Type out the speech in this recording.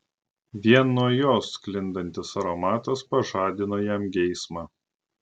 vien nuo jos sklindantis aromatas pažadino jam geismą